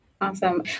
Awesome